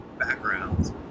Backgrounds